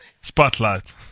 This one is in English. Spotlight